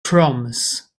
proms